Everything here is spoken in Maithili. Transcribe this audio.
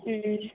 हूँ